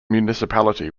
municipality